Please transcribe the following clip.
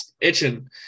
itching